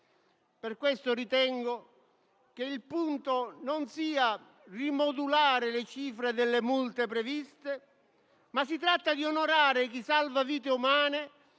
Per questo ritengo che il punto non sia rimodulare le cifre delle multe previste, ma onorare chi salva vite umane